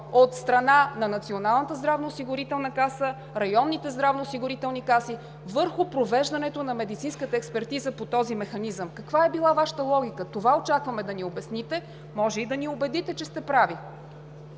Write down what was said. от страна на НЗОК, районните здравни осигурителни каси върху провеждането на медицинската експертиза по този механизъм? Каква е била Вашата логика? Това очакваме да ни обясните – може и да ни убедите, че сте прави.